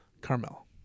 Carmel